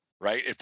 right